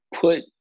Put